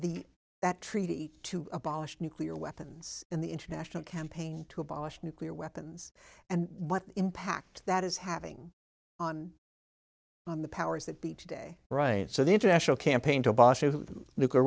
the that treaty to abolish nuclear weapons in the international campaign to abolish nuclear weapons and what impact that is having on on the powers that be today right so the international campaign to abbas through the nuclear